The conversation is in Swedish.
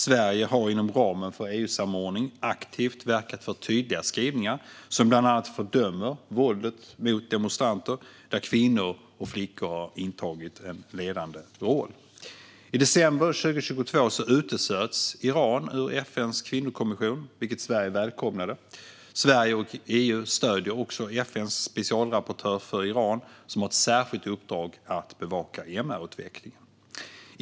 Sverige har inom ramen för EU-samordning aktivt verkat för tydliga skrivningar, som bland annat fördömer våldet mot demonstranter i demonstrationer där kvinnor och flickor intagit en ledande roll. I december 2022 uteslöts Iran ur FN:s kvinnokommission, vilket Sverige välkomnade. Sverige och EU stöder också FN:s specialrapportör för Iran, som har ett särskilt uppdrag att bevaka MR-utvecklingen.